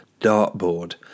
dartboard